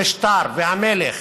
המשטר והמלך